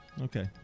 Okay